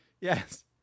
Yes